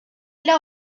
ile